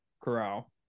Corral